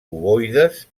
ovoides